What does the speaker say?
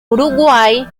uruguay